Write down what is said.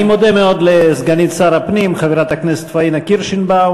אני מודה מאוד לסגנית שר הפנים חברת הכנסת פאינה קירשנבאום.